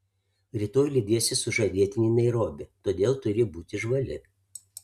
rytoj lydėsi sužadėtinį į nairobį todėl turi būti žvali